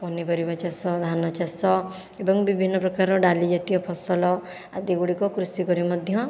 ପନିପରିବା ଚାଷ ଧାନ ଚାଷ ଏବଂ ବିଭିନ୍ନପ୍ରକାର ଡାଲିଜାତୀୟ ଫସଲ ଆଦି ଗୁଡ଼ିକ କୃଷି କରି ମଧ୍ୟ